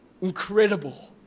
Incredible